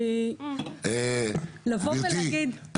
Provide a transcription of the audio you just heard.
גברתי,